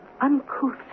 uncouth